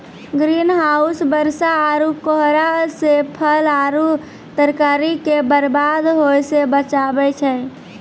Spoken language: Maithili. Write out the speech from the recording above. ग्रीन हाउस बरसा आरु कोहरा से फल आरु तरकारी के बरबाद होय से बचाबै छै